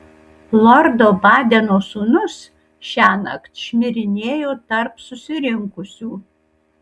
lordo badeno sūnus šiąnakt šmirinėjo tarp susirinkusių